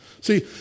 See